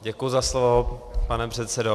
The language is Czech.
Děkuji za slovo, pane předsedo.